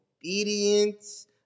obedience